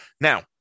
Now